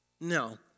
No